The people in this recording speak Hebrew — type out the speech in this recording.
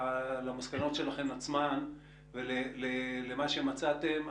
למסקנות שלכם עצמן ולמה שמצאתם.